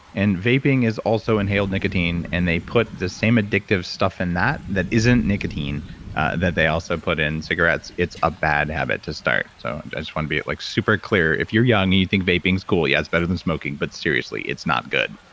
and vaping is also inhaled nicotine and they put the same addictive stuff in that that isn't nicotine that they also put in cigarettes. it's a bad habit to start. so and i just want to be like super clear. if you're young and you think vaping's cool, yeah it's better than smoking but seriously it's not good.